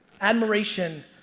Admiration